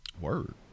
word